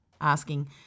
asking